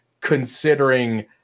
considering